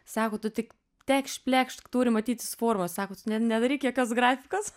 sako tu tik tekšt plekšt turi matytis forma sako tu net nedaryk jokios grafikos